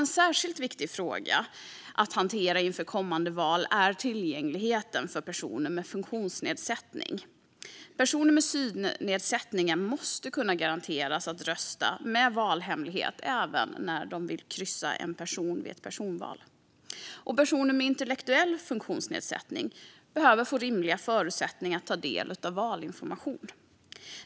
En särskilt viktig fråga att hantera inför kommande val är tillgängligheten för personer med funktionsnedsättning. Personer med synnedsättningar måste kunna garanteras röstning med valhemlighet även vid personval. Personer med intellektuell funktionsnedsättning behöver få rimliga förutsättningar att ta del av valinformation.